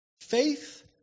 Faith